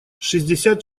шестьдесят